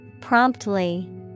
Promptly